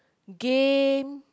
game